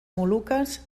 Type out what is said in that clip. moluques